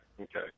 Okay